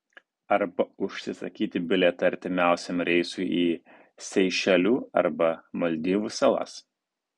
arba užsisakyti bilietą artimiausiam reisui į seišelių arba maldyvų salas